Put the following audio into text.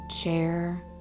chair